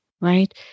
right